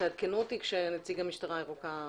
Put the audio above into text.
תעדכנו אותי כשנציג המשטרה הירוקה יתחבר.